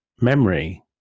memory